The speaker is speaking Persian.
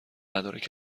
مدارک